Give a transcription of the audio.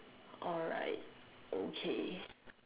alright okay